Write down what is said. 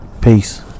Peace